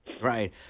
Right